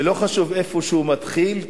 ולא חשוב איפה הוא מתחיל,